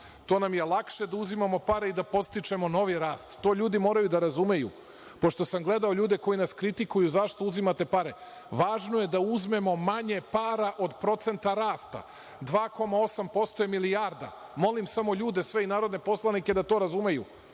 to nam je lakše da uzimamo pare i podstičemo novi rast. To ljudi moraju da razumeju. Pošto sam gledao ljude koji nas kritikuju – zašto uzimate pare, važno je da uzmemo manje para od procenta rast – 2,8% je milijarda. Molim samo ljude sve i narodne poslanike da to razumeju.